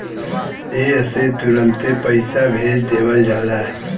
एह से तुरन्ते पइसा भेज देवल जाला